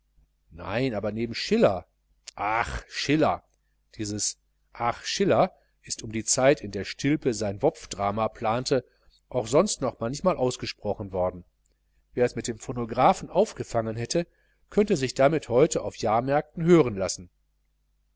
nein aber neben schiller ach schiller dieses ach schiller ist um die zeit in der stilpe sein wopf drama plante auch sonst noch manchmal ausgesprochen worden wer es mit dem phonographen aufgefangen hätte könnte sich heute damit auf den jahrmärkten hören lassen